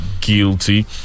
guilty